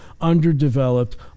underdeveloped